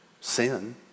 sin